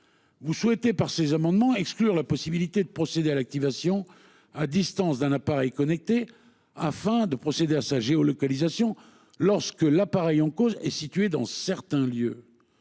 les choses. Il est proposé d'exclure la possibilité de procéder à l'activation à distance d'un appareil connecté aux fins de procéder à sa géolocalisation lorsque l'appareil en cause est situé dans certains lieux.